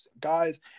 guys